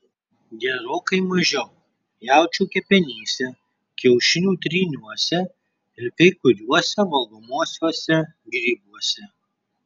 gerokai mažiau jaučių kepenyse kiaušinių tryniuose ir kai kuriuose valgomuosiuose grybuose